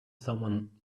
someone